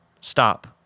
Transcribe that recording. stop